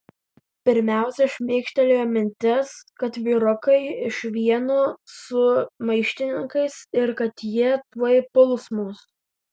pirmiausia šmėkštelėjo mintis kad vyrukai iš vieno su maištininkais ir kad jie tuoj puls mus